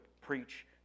preach